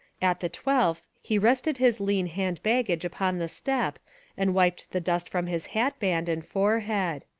at the twelfth he rested his lean hand-baggage upon the step and wiped the dust from his hatband and forehead.